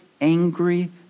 angry